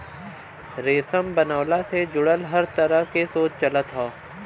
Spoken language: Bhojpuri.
रेशम बनवला से जुड़ल हर तरह के शोध चलत हौ